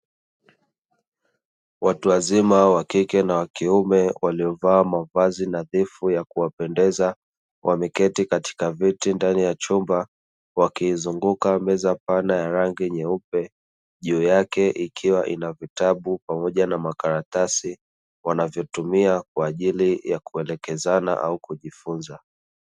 Watu wazima wakike na kiume waliovaa mavazi nadhifu yakuwapendeza wameketi katika viti ndani ya chumba wakiizunguka meza pana ya rangi nyeupe juu yake ikiwa ina vitabu pamoja na makaratasi wanavyotumia kwa ajili ya kuelekezana au kujifunza.